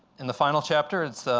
in the final chapter